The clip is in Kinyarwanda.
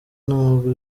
ntabwo